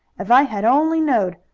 if i had only knowed!